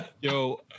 Yo